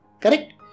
Correct